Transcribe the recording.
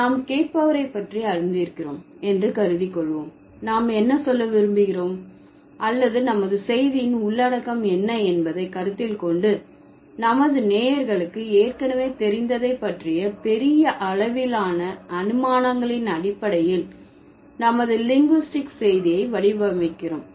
நாம் கேட்பவரை பற்றி அறிந்திருக்கிறோம் என்று கருதி கொள்வோம் நாம் என்ன சொல்ல விரும்புகிறோம் அல்லது நமது செய்தியின் உள்ளடக்கம் என்ன என்பதை கருத்தில் கொண்டு நமது நேயர்களுக்கு ஏற்கனவே தெரிந்ததை பற்றிய பெரிய அளவிலான அனுமானங்களின் அடிப்படையில் நமது லிங்குஸ்டிக் செய்தியை வடிவமைக்கிறோம்